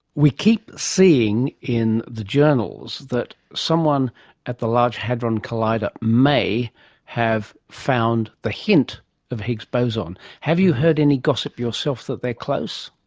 we keep seeing in the journals that someone at the large hadron collider may have found the hint of higgs boson. have you heard any gossip yourself that they're close?